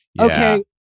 okay